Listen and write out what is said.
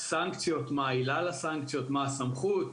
סנקציות, מה העילה לסנקציות, מה הסמכות.